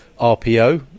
RPO